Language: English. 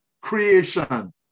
Creation